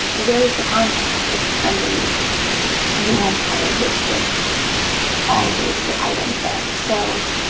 where's the content? it's underneath in the entire listed all of the listed items there. so